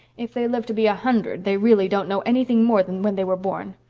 if they live to be a hundred they really don't know anything more than when they were born.